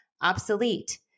obsolete